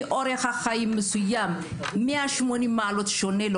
מאורח חיים מסוים לאורח חיים שונה ב-180 מעלות.